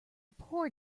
poor